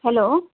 hello